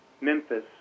Memphis